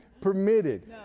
permitted